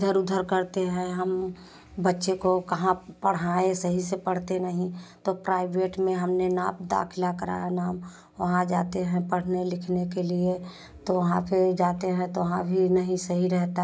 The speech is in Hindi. इधर उधर करतें है हम बच्चे को कहाँ पढ़ाएँ सही से पढ़ते नहीं तो प्राइवेट में हमने नाम दाखिला कराया नाम वहाँ जाते है पढ़ने लिखने के लिए तो वहाँ फ़िर जाते हैं तो वहाँ भी नहीं सही रहता है